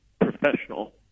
professional